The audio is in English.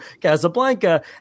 Casablanca